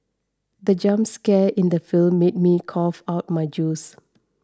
the jump scare in the film made me cough out my juice